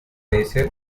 easier